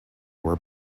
were